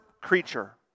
creature